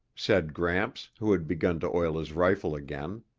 said gramps who had begun to oil his rifle again.